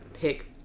pick